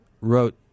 wrote